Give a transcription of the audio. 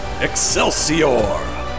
Excelsior